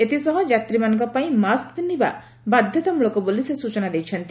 ଏଥିସହ ଯାତ୍ରୀମାନଙ୍କ ପାଇଁ ମାସ୍କ ପିକ୍ଷିବା ବାଧ୍ୟତାମୁଳକ ବୋଲି ସେ ସୂଚନା ଦେଇଛନ୍ତି